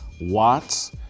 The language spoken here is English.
Watts